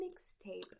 mixtape